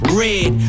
red